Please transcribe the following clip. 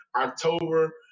October